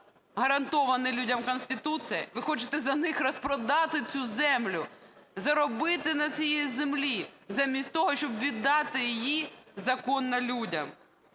гарантовані людям Конституцією, ви хочете за них розпродати цю землю, заробити на цій землі замість того, щоб віддати її законно людям.